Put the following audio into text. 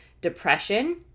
depression